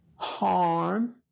harm